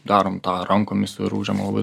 darom tą rankomis ir užima labai